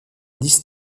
dix